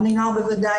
בני נוער בוודאי.